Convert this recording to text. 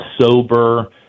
sober